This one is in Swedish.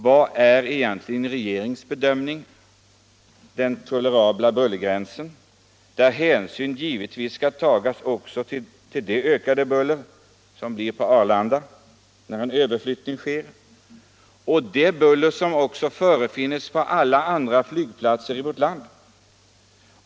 Vad är enligt regeringens bedömning den tolerabla bullergränsen, där hänsyn givetvis skall tas också till det ökade buller som uppstår på Arlanda, när en överflyttning sker, och det buller som också förefinns på alla andra flygplatser i vårt land?